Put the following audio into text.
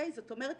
זאת אומרת,